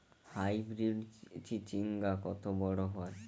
Hybrid চিচিংঙ্গা কত বড় হয়?